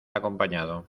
acompañado